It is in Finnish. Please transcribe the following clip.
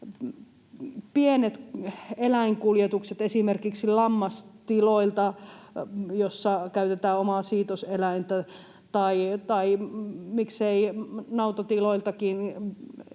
Pienissä eläinkuljetuksissa esimerkiksi lammastiloilta, joissa käytetään omaa siitoseläintä, tai miksei nautatiloiltakin,